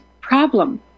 problem